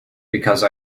because